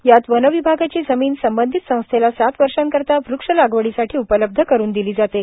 यात वन विभागाची जमीन संबंधित संस्थेला सात वर्षाकरिता वृक्षलागवडीसाठी उपलब्ध करून दिली जाते